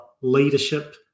leadership